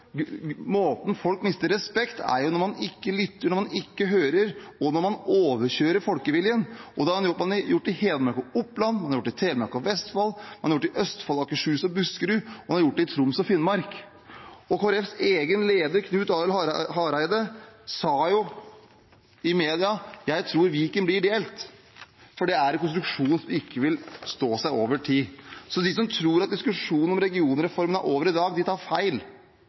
Folk mister respekt når man ikke lytter, når man ikke hører, og når man overkjører folkeviljen. Det har man gjort i Hedmark og Oppland. Man har gjort det i Telemark og Vestfold. Man har gjort det i Østfold, Akershus og Buskerud, og man har gjort det i Troms og Finnmark. Kristelig Folkepartis egen leder, Knut Arild Hareide, sa i media at han tror Viken blir delt, for det er en konstruksjon som ikke vil stå seg over tid. De som tror at diskusjonen om regionreformen er over i dag, de tar feil.